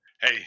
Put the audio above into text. Hey